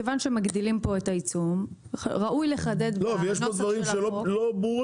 כיוון שמגדילים פה את העיצום ראוי לחדד את הנוסח של החוק.